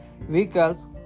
vehicles